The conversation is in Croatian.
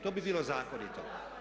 To bi bilo zakonito.